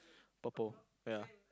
purple ya